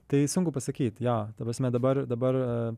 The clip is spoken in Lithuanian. tai sunku pasakyt jo ta prasme dabar dabar